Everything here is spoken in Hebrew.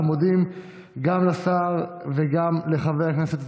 אנחנו מודים גם לשר וגם לחבר הכנסת אזולאי.